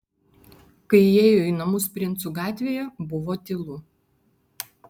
kai įėjo į namus princų gatvėje buvo tylu